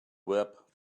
whip